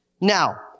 Now